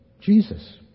Jesus